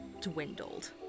dwindled